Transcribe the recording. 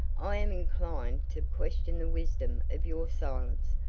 i am inclined to question the wisdom of your silence.